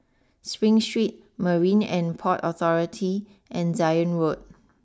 Spring Street Marine and Port Authority and Zion Road